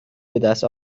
بدست